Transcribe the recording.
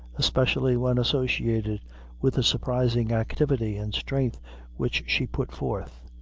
especially when associated with the surprising activity and strength which she put forth,